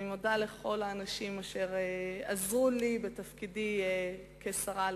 אני מודה לכל האנשים אשר עזרו לי בתפקידי כשרה,